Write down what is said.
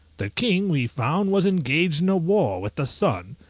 the king, we found, was engaged in a war with the sun,